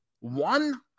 One